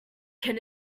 can